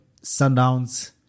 Sundowns